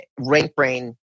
RankBrain